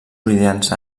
brillants